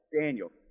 Daniel